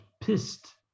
pissed